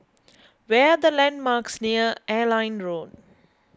where are the landmarks near Airline Road